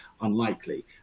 unlikely